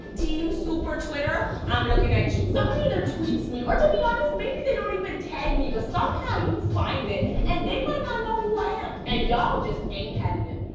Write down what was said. team super twitter, i'm lookin' at you. someone either tweets me, or to be honest, maybe they don't even tag me, but somehow you find it, and they might not know who i am, and y'all just ain't havin' it.